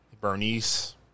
Bernice